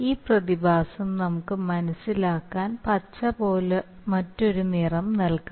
ഈ പ്രതിഭാസം നമുക്ക് മനസിലാക്കാൻ പച്ച പോലുള്ള മറ്റൊരു നിറം നൽകാം